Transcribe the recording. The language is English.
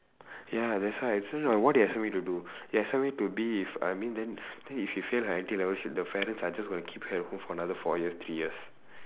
ya that's why so no what do you expect me to do you expect me to be if I mean then then if she fail like her entry level she the parents are just gonna keep her at home for another four years three years